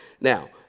Now